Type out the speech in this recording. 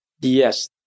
Yes